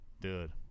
Dude